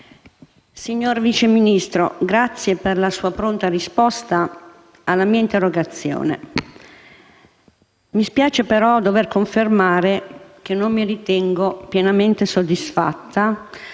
Signor Vice Ministro, grazie per la sua pronta risposta alla nostra interrogazione. Mi spiace, però, dover confermare che non mi ritengo pienamente soddisfatta